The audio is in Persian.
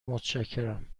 متشکرم